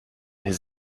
his